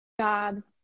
jobs